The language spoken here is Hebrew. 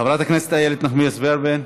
חברת הכנסת איילת נחמיאס ורבין,